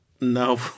No